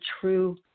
true